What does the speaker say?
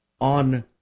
on